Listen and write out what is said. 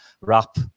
Wrap